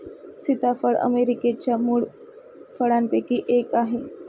सीताफळ अमेरिकेच्या मूळ फळांपैकी एक आहे